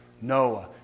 Noah